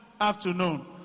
afternoon